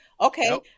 Okay